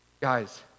Guys